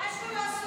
מה יש לו לעשות?